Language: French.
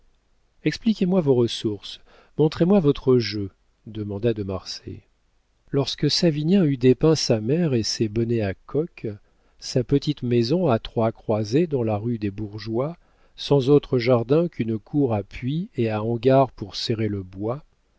expliquez-moi vos ressources montrez-moi votre jeu demanda de marsay lorsque savinien eut dépeint sa mère et ses bonnets à coques sa petite maison à trois croisées dans la rue des bourgeois sans autre jardin qu'une cour à puits et à hangar pour serrer le bois